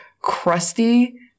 crusty